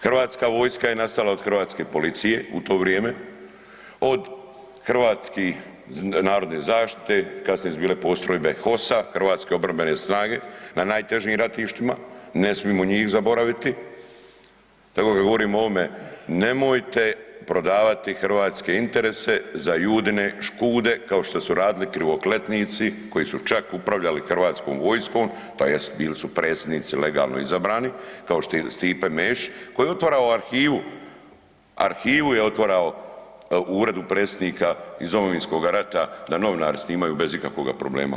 Hrvatska vojska je nastala od hrvatske policije u to vrijeme, od hrvatske narodne zaštite, kasnije su bile postrojbe HOS-a, Hrvatske obrambene snage na najtežim ratištima, ne smijemo njih zaboraviti, tako da kad govorimo o ovome, nemojte prodavati hrvatske interese za Judine škude kao što su radili krivokletnici koji su čak upravljali hrvatskom vojskom tj. bili su predsjednici legalno izabrani kao što je Stipe Mesić koji je otvarao arhivu, arhivu je otvarao u Uredu Predsjednika iz Domovinskoga rata da novinari snimaju bez ikakvoga problema.